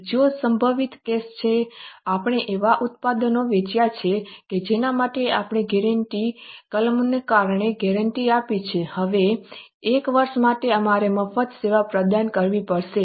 બીજો સંભવિત કેસ છે આપણે એવા ઉત્પાદનો વેચ્યા છે કે જેના માટે આપણે ગેરંટી કલમને કારણે ગેરંટી આપી છે હવે 1 વર્ષ માટે અમારે મફત સેવા પ્રદાન કરવી પડશે